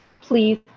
Please